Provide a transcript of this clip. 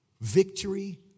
Victory